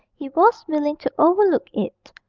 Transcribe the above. he was willing to overlook it.